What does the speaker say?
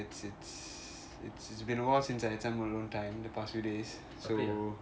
it's it's it's been a while since I've had some alone time the past few days so